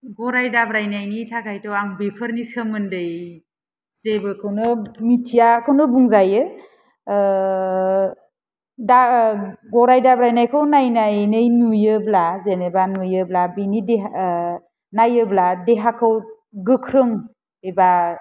गराय दाब्रायनायनि थाखायथ' आं बेफोरनि सोमोन्दै जेबोखौनो मिन्थियाखौनो बुंजायो दा गराय दाब्रायनायखौ नायनानै नुयोब्ला जेनेबा नुयोब्ला बिनि देहा नायोब्ला देहाखौ गोख्रों एबा